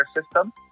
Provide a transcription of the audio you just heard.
system